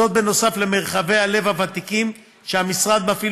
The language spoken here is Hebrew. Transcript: זאת בנוסף למרחבי "הלב" הוותיקים שהמשרד מפעיל